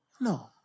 No